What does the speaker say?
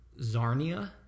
Zarnia